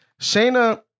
Shayna